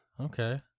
Okay